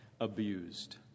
abused